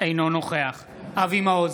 אינו נוכח אבי מעוז,